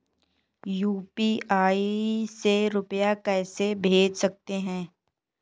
UPI से रुपया कैसे भेज सकते हैं?